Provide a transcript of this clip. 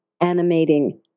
animating